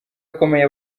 akomeye